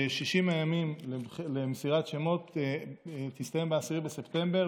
ש-60 הימים למסירת השמות יסתיימו ב-10 בספטמבר.